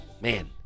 man